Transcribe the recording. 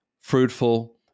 fruitful